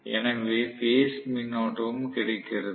எனவே பேஸ் மின்னோட்டமும் கிடைக்கிறது